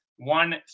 One